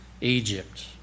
Egypt